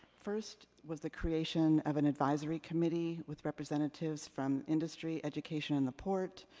first, was the creation of an advisory committee, with representatives from industry, education, and the port,